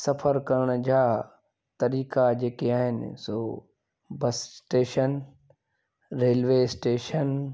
सफ़रु करण जा तरीक़ा जेके आहिनि सो बस स्टेशन रेल्वे स्टेशन